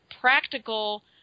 practical